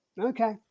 Okay